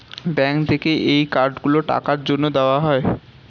bank থেকে এই card গুলো টাকার জন্যে দেওয়া হয়